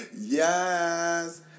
Yes